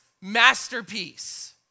masterpiece